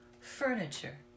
furniture